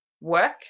work